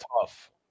tough